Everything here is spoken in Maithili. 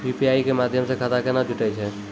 यु.पी.आई के माध्यम से खाता केना जुटैय छै?